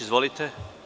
Izvolite.